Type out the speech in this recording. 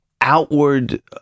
outward